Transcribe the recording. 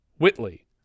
Whitley